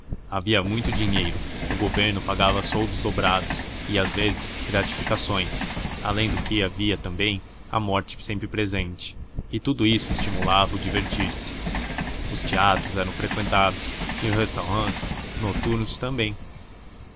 havia muito dinheiro o governo pagava soldos dobrados e às vezes gratificações além do que havia também a morte sempre presente e tudo isso estimulava o divertir-se os teatros eram freqüentados e os restaurants noturnos também